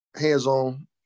hands-on